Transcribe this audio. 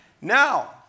Now